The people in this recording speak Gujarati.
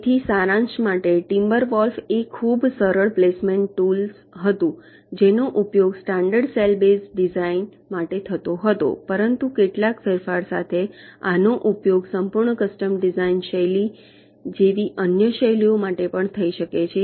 તેથી સારાંશ માટે ટિમ્બરવોલ્ફ એ એક ખૂબ જ સફળ પ્લેસમેન્ટ ટૂલ્સ હતું જેનો ઉપયોગ સ્ટાન્ડર્ડ સેલ બેઝ ડિઝાઇન માટે થતો હતો પરંતુ કેટલાક ફેરફાર સાથે આનો ઉપયોગ સંપૂર્ણ કસ્ટમ ડિઝાઇન જેવી અન્ય શૈલીઓ માટે પણ થઈ શકે છે